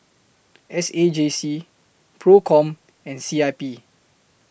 S A J C PROCOM and C I P